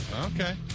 Okay